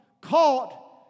caught